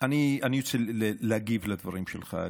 אני רוצה להגיב לדברים שלך,